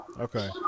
Okay